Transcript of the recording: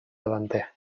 davanter